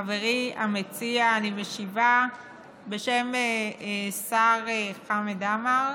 חברי המציע, אני משיבה בשם השר חמד עמאר.